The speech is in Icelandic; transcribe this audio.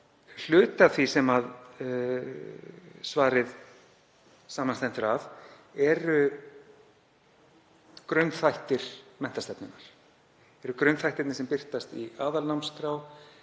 Hluti af því sem svarið samanstendur af eru grunnþættir menntastefnunnar. Þetta eru grunnþættirnir sem birtast í aðalnámskrá.